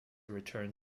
return